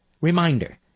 Reminder